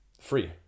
free